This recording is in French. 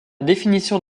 définition